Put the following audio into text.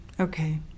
Okay